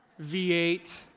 V8